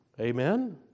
Amen